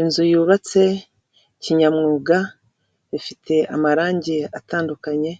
Inzu yubatse kinyamwuga ifite amarange atandukanye,